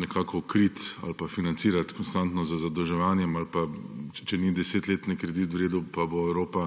nekako kriti ali pa financirati konstantno z zadolževanjem ali pa, če ni 10-letni kredit v redu, pa bo Evropa